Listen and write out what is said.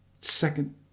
Second